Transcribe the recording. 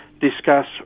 discuss